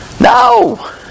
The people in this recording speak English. No